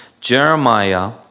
Jeremiah